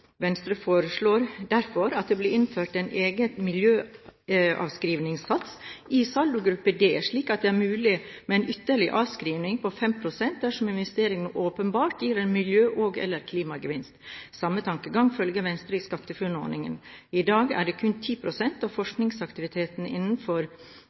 Venstre foreslår derfor at det blir innført en egen miljøavskrivningssats i saldogruppe d, slik at det er mulig med en ytterligere avskrivning på 5 pst., dersom investeringen åpenbart gir en miljø- og/eller klimagevinst. Samme tankegang følger Venstre når det gjelder SkatteFUNN-ordningen. I dag er det kun 10 pst. av